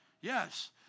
Yes